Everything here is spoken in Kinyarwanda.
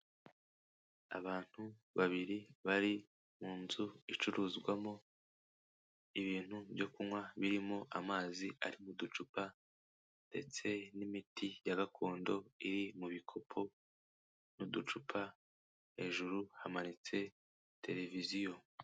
Abantu babiri bari mu nzu icururizwamo ibintu byo kunywa birimo amazi arimo uducupa ndetse n'imiti ya gakondo iri mu bikopo n'uducupa, hejuru hamanitse tereviziyo.